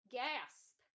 gasp